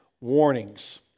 warnings